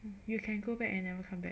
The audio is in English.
you can go back and never come back